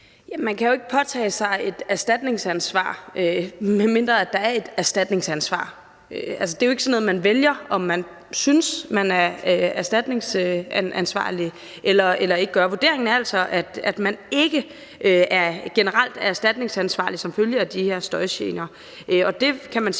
Man kan jo ikke påtage sig et erstatningsansvar, medmindre der er et erstatningsansvar. Det er jo ikke sådan noget, man selv vælger, altså om man synes, at man er erstatningsansvarlig eller ikke er. Vurderingen er altså, at man ikke generelt er erstatningsansvarlig som følge af de her støjgener.